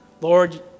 Lord